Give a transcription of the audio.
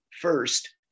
First